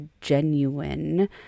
genuine